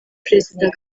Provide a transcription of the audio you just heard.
president